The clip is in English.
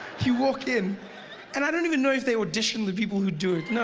you walk in and i don't even know if they audition the people who do it. no,